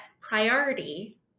priority